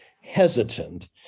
hesitant